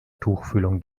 tuchfühlung